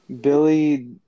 Billy